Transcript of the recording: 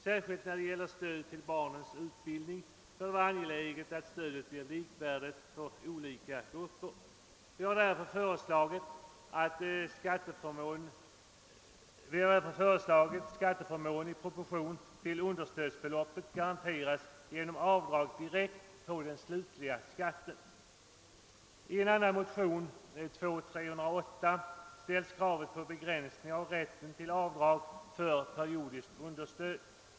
Särskilt när det gäller stöd till barnens utbildning bör det vara angeläget att stödet blir likvärdigt för olika grupper. Vi har därför i motion II: 777 föreslagit att skatteförmån i proportion till undersstödsbeloppet garanteras genom avdrag direkt på den slutliga skatten. I en annan motion, II: 308, ställs krav på en begränsning av rätten till avdrag för periodiskt understöd.